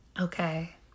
Okay